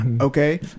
Okay